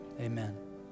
amen